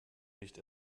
nicht